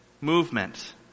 Movement